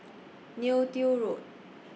Neo Tiew Road